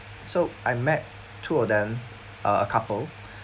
so I met two of them uh a couple